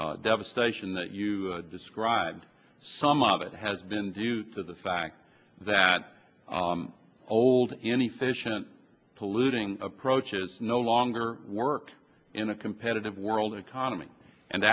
belt devastation that you described some of it has been due to the fact that old any sentient polluting approaches no longer work in a competitive world economy and